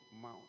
mouse